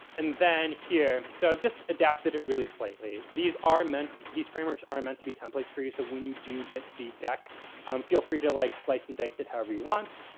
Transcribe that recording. and then here. so, i've just adapted it really slightly. these are meant, these frameworks are meant to be templates for you. so, when you do get the deck feel free to like slice and dice it however you want.